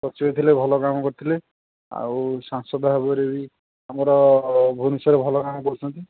ସଚିବ ଥିଲେ ଭଲ କାମ କରିଥିଲେ ଆଉ ସାଂସଦ ଭାବରେ ବି ଆମର ଭୁବନେଶ୍ୱରରେ ଭଲ କାମ କରୁଛନ୍ତି